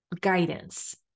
guidance